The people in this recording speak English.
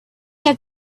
had